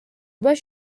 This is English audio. brush